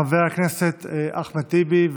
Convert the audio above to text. חבר הכנסת אחמד טיבי,